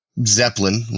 Zeppelin